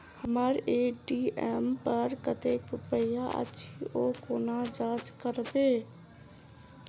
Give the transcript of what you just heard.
हम्मर ए.टी.एम पर कतेक रुपया अछि, ओ कोना जाँच करबै?